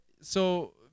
so-